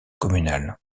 communale